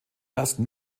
ersten